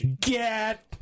get